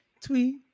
tweet